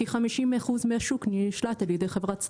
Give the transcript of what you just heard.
כי חמישים אחוז מהשוק נשלט על חברת "שטראוס".